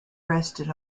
rested